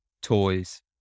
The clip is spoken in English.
toys